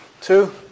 Two